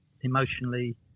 emotionally